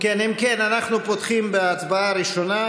אם כן, אנחנו פותחים בהצבעה הראשונה.